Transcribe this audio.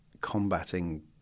combating